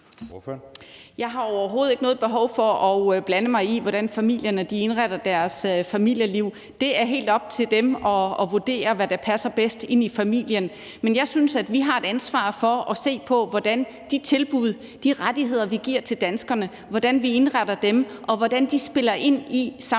Jeg har overhovedet ikke noget behov for at blande mig i, hvordan familierne indretter deres familieliv. Det er helt op til dem at vurdere, hvad der passer bedst i familien. Men jeg synes, at vi har et ansvar for at se på, hvordan vi indretter de tilbud og rettigheder, vi giver til danskerne, og hvordan de spiller ind i samfundsudviklingen